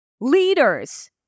leaders